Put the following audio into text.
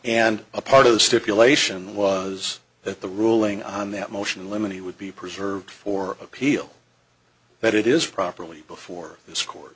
and a part of the stipulation was that the ruling on that motion limit he would be preserved for appeal but it is properly before th